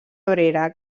abrera